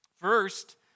first